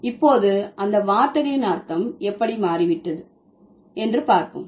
இப்போது அந்த வார்த்தைகளின் அர்த்தம் எப்படி மாறிவிட்டது என்று பார்ப்போம்